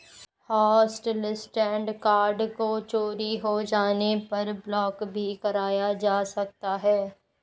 hotlisted card को चोरी हो जाने पर ब्लॉक भी कराया जा सकता है